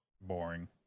Boring